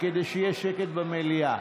כדי שיהיה שקט במליאה.